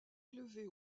élevée